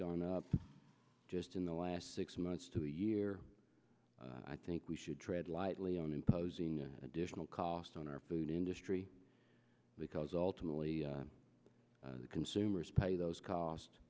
gone up just in the last six months to a year i think we should tread lightly on imposing additional costs on our food industry because ultimately consumers pay those cost